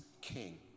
king